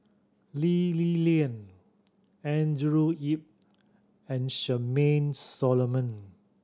Lee Li Lian Andrew Yip and Charmaine Solomon